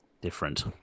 different